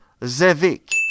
Zevik